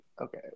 Okay